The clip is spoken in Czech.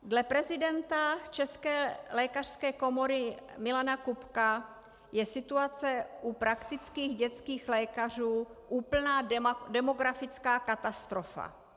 Dle prezidenta České lékařské komory Milana Kupka je situace u praktických dětských lékařů úplná demografická katastrofa.